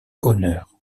honneur